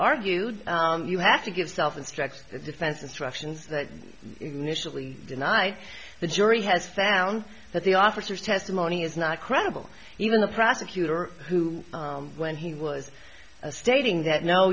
argued you have to give self and stretched the defense instructions that initially denied the jury has found that the officers testimony is not credible even the prosecutor who when he was stating that no